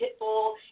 Pitbull